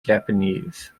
japanese